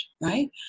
right